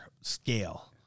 scale